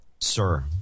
Sir